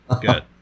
Good